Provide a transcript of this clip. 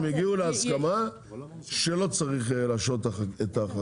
הם הגיעו למסקנה שלא צריך להשהות את החוק.